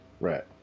Right